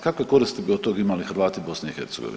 Kakve koristi bi od toga imali Hrvati BiH?